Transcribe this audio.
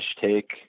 take